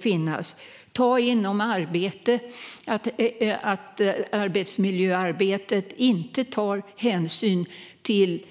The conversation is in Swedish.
Om man tar arbete som exempel tar man i arbetsmiljöarbetet inte hänsyn till